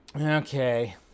Okay